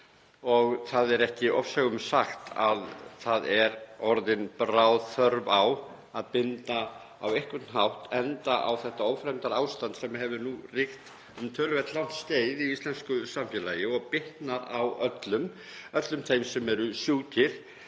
Það er ekki ofsögum sagt að það er orðin bráð þörf á að binda á einhvern hátt enda á þetta ófremdarástand sem hefur ríkt um töluvert langt skeið í íslensku samfélagi og bitnar á öllum þeim sem eru sjúkir